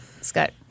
Scott